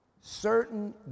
certain